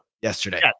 yesterday